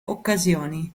occasioni